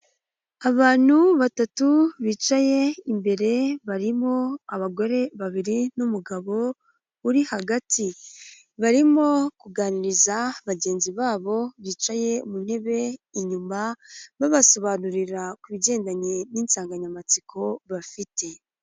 Abantu batatu bicaye imbere barimo abagore babiri n'umugabo uri hagati barimo kuganiriza bagenzi babo bicaye mu ntebe inyuma babasobanurira ku bigendanye n'insanganyamatsiko bafite.